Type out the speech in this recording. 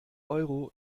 euro